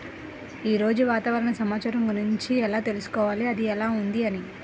ఈరోజు వాతావరణ సమాచారం గురించి ఎలా తెలుసుకోవాలి అది ఎలా ఉంది అని?